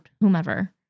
whomever